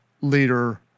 leader